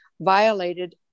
violated